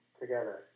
together